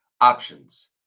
options